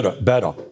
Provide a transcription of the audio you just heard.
Better